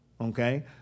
Okay